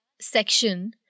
section